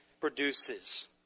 produces